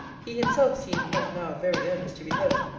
he himself seemed not now very earnest to be heard.